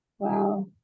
Wow